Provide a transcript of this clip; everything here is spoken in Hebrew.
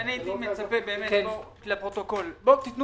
לפרוטוקול תנו